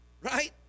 Right